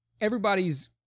everybody's